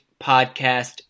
podcast